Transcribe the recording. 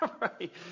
Right